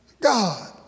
God